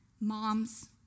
Moms